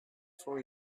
for